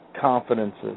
confidences